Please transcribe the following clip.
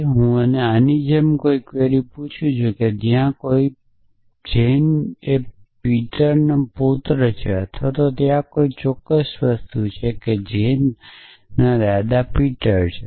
જો હું આની જેમ કોઈ ક્વેરી પૂછું છું કે એ કોણ છે જેનો પીટર પૌત્ર છે અથવા પીટરના દાદા કોણ છે